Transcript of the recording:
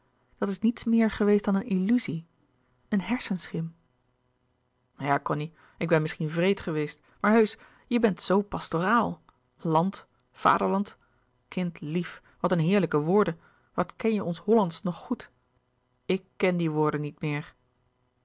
dat is niets meer geweest dan een illuzie een hersenschim ja cony ik ben misschien wreed geweest maar heusch je bent zoo pastoraal land vaderland kind lief wat een heerlijke woorden wat ken je ons hollandsch nog goed ik ken die woorden niet meer